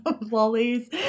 lollies